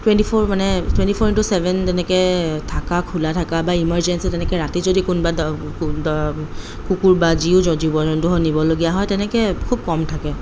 twenty four মানে twenty four into seven তেনেকৈ থকা খোলা থকা বা ইমাৰ্জেঞ্চি তেনেকৈ ৰাতি যদি কোনোবা কুকুৰ বা যিও জীৱ জন্তু নিবলগীয়া হয় তেনেকৈ খুব কম থাকে